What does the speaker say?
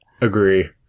Agree